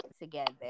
together